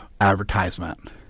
advertisement